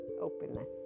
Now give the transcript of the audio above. openness